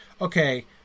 okay